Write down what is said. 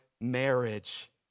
marriage